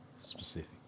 Specific